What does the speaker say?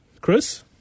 Chris